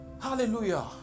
Hallelujah